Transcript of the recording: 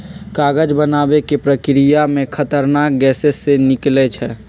कागज बनाबे के प्रक्रिया में खतरनाक गैसें से निकलै छै